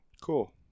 cool